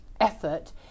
effort